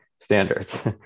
standards